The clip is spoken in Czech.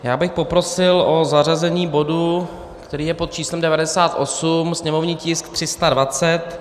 Já bych poprosil o zařazení bodu, který je pod číslem 98, sněmovní tisk 320.